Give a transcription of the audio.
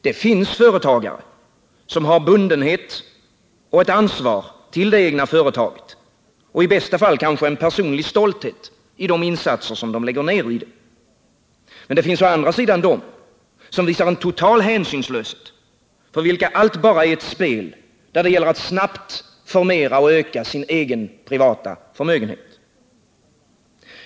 Det finns företagare som har bundenhet och ansvar till det egna företaget och i bästa fall kanske en personlig stolthet i de insatser som de lägger ned i det. Men det finns å andra sidan de som visar total hänsynslöshet och för vilka allt bara är ett spel där det gäller att snabbt öka sin egen privata förmögenhet.